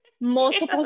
multiple